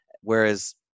whereas